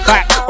Back